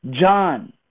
John